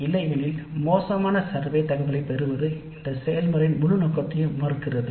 இல்லையெனில் மோசமான தரமான கணக்கெடுப்பு தரவைப் பெறுவது இந்த செயல்முறையின் முழு நோக்கத்தையும் மறுக்கிறது